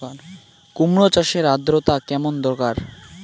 কুমড়ো চাষের আর্দ্রতা কেমন দরকার?